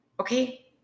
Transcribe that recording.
Okay